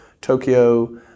Tokyo